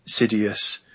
sidious